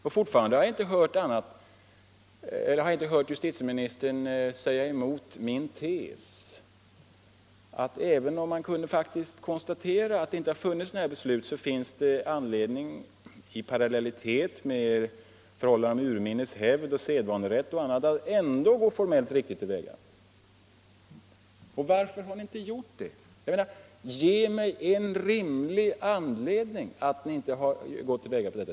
Och fortfarande har jag inte hört justitieministern säga mot min tes, att även om man faktiskt kunde konstatera att det inte fattats sådana beslut, så finns det anledning — i parallellitet med förhållandena enligt urminnes hävd, sedvanerätt och annat — att ändå gå formellt riktigt till väga. Varför har ni inte gjort det? Ge mig en enda rimlig anledning till att ni inte har gjort det!